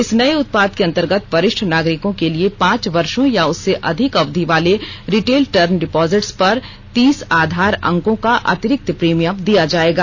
इस नये उत्पाद के अंतर्गत वरिष्ठ नागरिकों के लिए पांच वर्षों या उससे अधिक अविधि वाले रिटेल टर्म डिपोजिट्स पर तीस आधार अंकों का अतिरिक्त प्रीमियम दिया जायेगा